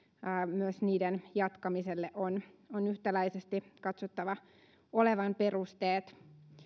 myös niiden jatkamiselle on on yhtäläisesti katsottava olevan perusteet